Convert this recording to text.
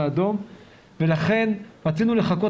ולכן רצינו לחכות.